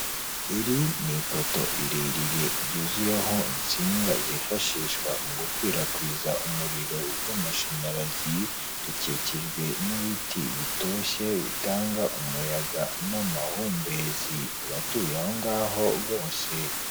Iri ni ipoto rirerire ryuzuyeho insinga zifashishwa mu gukwirakwiza umuriro w'amashanyarazi. Rikikijwe n'ibiti bitoshye bitanga umuyaga n'amahumbezi ku batuye aho ngaho bose.